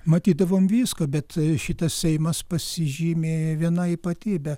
matydavom visko bet šitas seimas pasižymėjo viena ypatybe